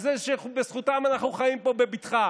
על זה שבזכותם אנחנו חיים פה בבטחה.